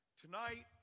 Tonight